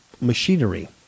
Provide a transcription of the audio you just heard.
machinery